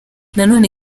nanone